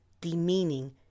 demeaning